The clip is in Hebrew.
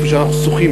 איפה שאנחנו שוחים,